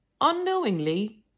Unknowingly